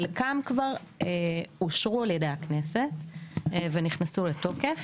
חלקם כבר אושרו על ידי הכנסת ונכנסו לתוקף,